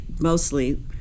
mostly